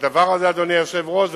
לדבר הזה, אדוני היושב-ראש.